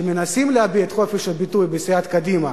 שמנסים להביע את חופש הביטוי בסיעת קדימה